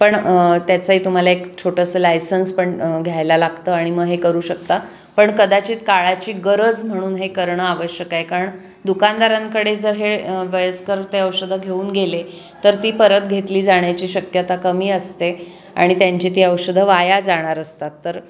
पण त्याचाही तुम्हाला एक छोटंसं लायसन्स पण घ्यायला लागतं आणि मग हे करू शकता पण कदाचित काळाची गरज म्हणून हे करणं आवश्यक आहे कारण दुकानदारांकडे जर हे वयस्कर ते औषधं घेऊन गेले तर ती परत घेतली जाण्याची शक्यता कमी असते आणि त्यांची ती औषधं वाया जाणार असतात तर